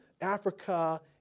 Africa